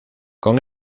con